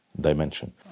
dimension